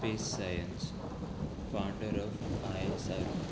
space science founder of I S R O